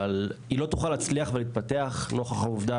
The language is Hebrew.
אבל היא לא תוכל להצליח ולהתפתח נוכח העובדה